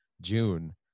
June